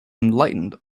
enlightened